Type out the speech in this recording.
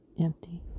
empty